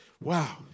Wow